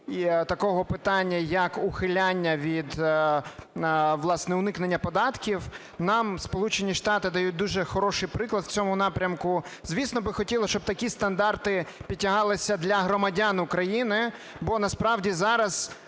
і такого питання, як ухиляння від, власне, уникнення податків, нам Сполучені Штати дають дуже хороший приклад в цьому напрямку. Звісно, би хотілося, щоб такі стандарти підтягалися для громадян України, бо насправді зараз,